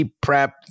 prep